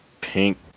pink